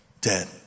dead